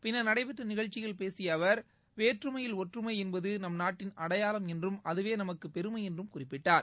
பின்னர் நடைபெற்றநிகழ்ச்சியில் பேசியஅவர் வேற்றுமையில் ஒற்றுமைஎன்பதுநம்நாட்டின் அடையாளம் என்றும் அதுவேநமக்குபெருமைஎன்றும் குறிப்பிட்டார்